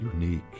unique